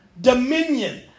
Dominion